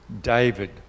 David